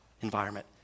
environment